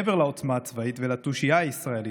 מעבר לעוצמה הצבאית ולתושייה הישראלית,